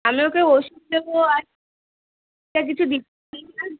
আমি ওকে ওষুধ দেবো আর একটা কিছু দি